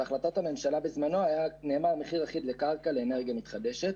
בהחלטת הממשלה בזמנו נאמר מחיר אחיד לקרקע לאנרגיה מתחדשת,